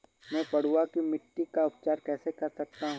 मैं पडुआ की मिट्टी का उपचार कैसे कर सकता हूँ?